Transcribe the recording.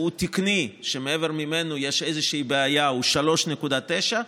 תקני ומעבר לו יש איזושהי בעיה הוא 3.9,